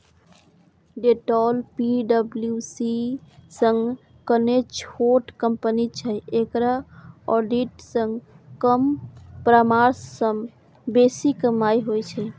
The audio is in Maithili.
डेलॉट पी.डब्ल्यू.सी सं कने छोट कंपनी छै, एकरा ऑडिट सं कम परामर्श सं बेसी कमाइ होइ छै